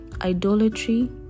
idolatry